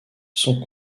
sont